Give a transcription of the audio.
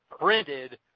printed